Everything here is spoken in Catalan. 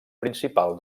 principal